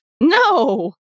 No